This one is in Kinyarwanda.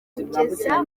kugeza